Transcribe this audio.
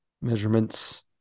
measurements